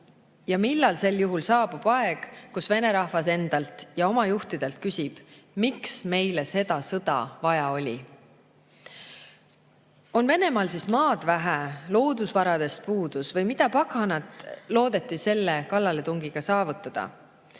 ja millal sel juhul saabub aeg, kus Vene rahvas endalt ja oma juhtidelt küsib: miks meile seda sõda vaja oli? On Venemaal siis maad vähe, loodusvaradest puudus või mida paganat loodeti selle kallaletungiga saavutada?